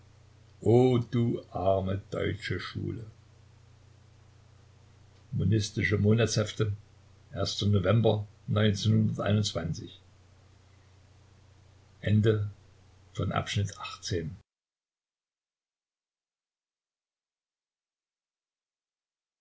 o du arme deutsche schule monistische monatshefte november